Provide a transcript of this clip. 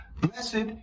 Blessed